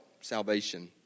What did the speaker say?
Salvation